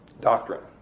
doctrine